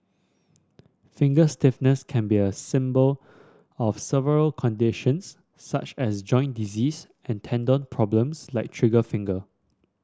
finger stiffness can be a symbol of several conditions such as joint disease and tendon problems like trigger finger